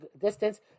distance